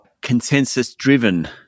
consensus-driven